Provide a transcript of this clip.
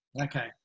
Okay